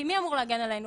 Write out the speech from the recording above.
כי, מי אמור להגן עלינו?